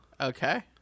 Okay